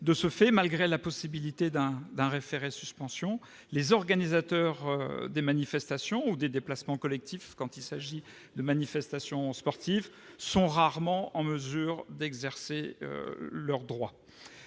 De ce fait, malgré la possibilité d'un référé-suspension, les organisateurs des manifestations ou des déplacements collectifs, quand il s'agit de manifestations sportives, sont rarement en mesure d'exercer leurs droits.